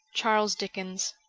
charles dickens